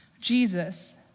Jesus